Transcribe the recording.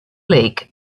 lake